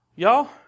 Y'all